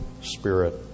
spirit